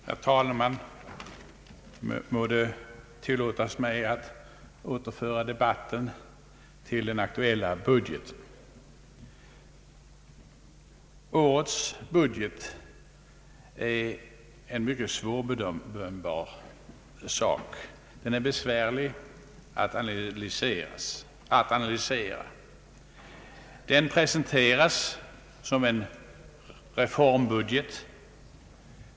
Herr talman! Må det tillåtas mig att återföra debatten till den aktuella budgeten! Årets budget är mycket svårbedömbar. Den är besvärlig att analysera. Den presenteras som en reformbudget.